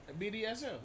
BDSM